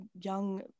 young